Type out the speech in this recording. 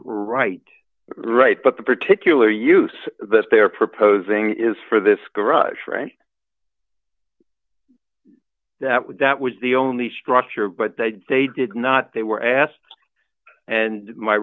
right right but the particular use that they are proposing is for this garage right that was the only structure but that they did not they were asked and my